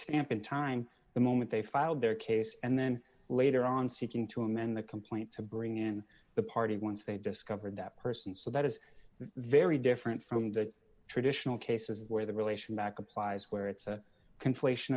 stamp in time the moment they filed their case and then later on seeking to amend the complaint to bring in the party once they discovered that person so that is very different from the traditional cases where the relation back applies where it's a conflation